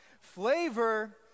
Flavor